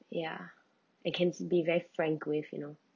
ya it can be very frank with you know